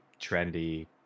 trendy